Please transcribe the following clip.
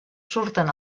surten